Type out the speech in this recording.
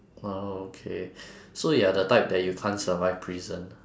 oh okay so you are the type that you can't survive prison